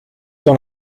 dans